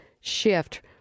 shift